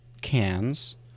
cans